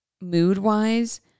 mood-wise